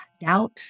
Doubt